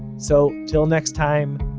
so till next time,